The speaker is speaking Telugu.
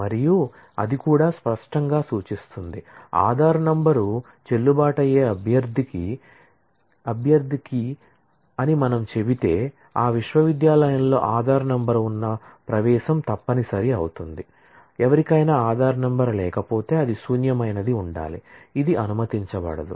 మరియు అది కూడా స్పష్టంగా సూచిస్తుంది ఆధార్ నంబర్ చెల్లుబాటు అయ్యే కాండిడేట్ కీ అని మనం చెబితే ఆ విశ్వవిద్యాలయంలో అధార్ నంబర్ ఉన్న ప్రవేశం తప్పనిసరి అవుతుంది ఎవరికైనా అధార్ నంబర్ లేకపోతే అది శూన్యమైనది ఉండాలి ఇది అనుమతించబడదు